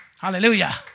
Hallelujah